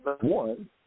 one